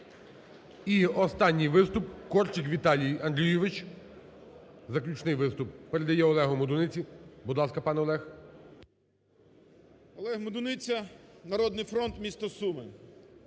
І останні виступ Корчик Віталій Андрійович, заключний виступ, передає Олегу Медуниці. Будь ласка, пане Олег. 10:35:49 МЕДУНИЦЯ О.В. Олег Медуниця, "Народний фронт", місто Суми.